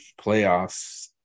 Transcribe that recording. playoffs